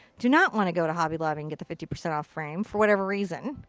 do not wanna go to hobby lobby and get the fifty percent off frame, for whatever reason.